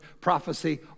prophecy